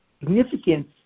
Significance